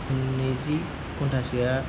नैजि घन्टासोआ